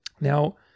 Now